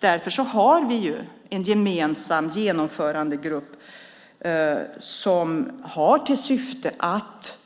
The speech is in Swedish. Därför har vi en gemensam genomförandegrupp som